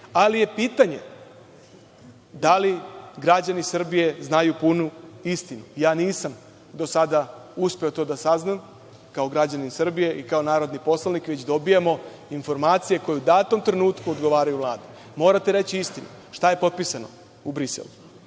je da li građani Srbije znaju punu istinu? Nisam do sada uspeo to da saznam, kao građanin Srbije i kao narodni poslanik, već dobijamo informacije koje u datom trenutku odgovaraju Vladi. Morate reći istinu šta je potpisano u Briselu.